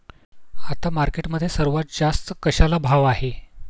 आता मार्केटमध्ये सर्वात जास्त कशाला भाव आहे?